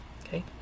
okay